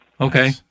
Okay